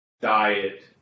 diet